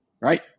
right